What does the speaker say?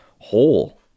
whole